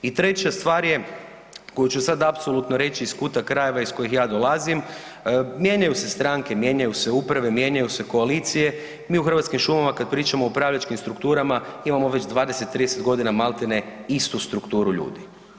I treća stvar je koju ću sad apsolutno reći iz kuta krajeva iz kojih ja dolazim, mijenjaju se stranke, mijenjaju se uprave, mijenjaju se koalicije, mi u Hrvatskim šumama kad pričamo o upravljačkim strukturama imamo već 20, 30 godina maltene istu strukturu ljudi.